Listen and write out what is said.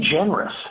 generous